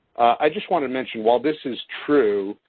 i just want to mention, while this is true,